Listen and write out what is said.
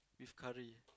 with curry